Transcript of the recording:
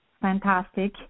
fantastic